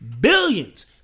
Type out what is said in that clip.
billions